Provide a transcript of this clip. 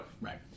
Right